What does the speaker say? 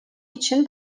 için